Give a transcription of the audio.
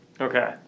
Okay